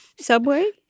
Subway